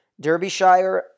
Derbyshire